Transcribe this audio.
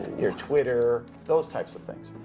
your twitter, those types of things.